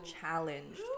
challenged